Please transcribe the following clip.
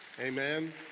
Amen